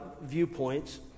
viewpoints